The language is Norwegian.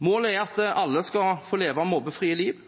Målet er at alle skal få leve mobbefrie liv,